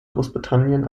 großbritannien